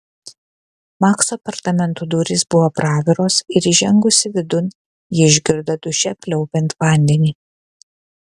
makso apartamentų durys buvo praviros ir įžengusi vidun ji išgirdo duše pliaupiant vandenį